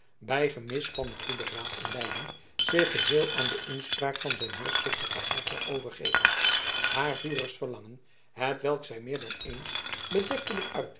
bij gemis van goeden raad en leiding zich geheel aan de inspraak van zijn heerschzuchtigen aard zou overgeven haar vurigst verlangen hetwelk zij meer dan eens bedektelijk